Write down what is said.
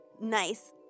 Nice